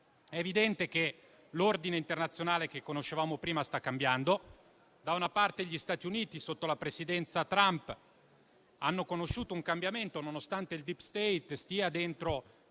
È evidente che l'ordine internazionale che conoscevamo prima sta cambiando. Da una parte, gli Stati Uniti, sotto la presidenza Trump, hanno conosciuto un cambiamento. Nonostante il *deep state* stia dentro